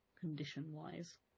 condition-wise